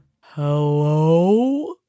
Hello